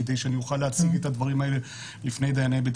כדי שאני אוכל להציג את הדברים האלה לפני דייני בית